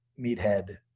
meathead